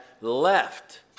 left